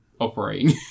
operating